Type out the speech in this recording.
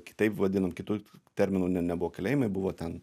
kitaip vadinom kitų terminų ne nebuvo kalėjimai buvo ten